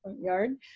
yard